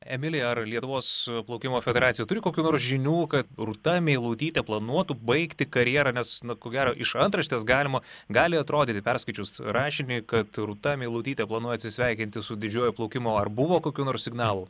emili ar lietuvos plaukimo federacija turi kokių nors žinių kad rūta meilutytė planuotų baigti karjerą nes ko gero iš antraštės galima gali atrodyti perskaičius rašinį kad rūta meilutytė planuoja atsisveikinti su didžiuoju plaukimu ar buvo kokių nors signalų